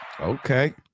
Okay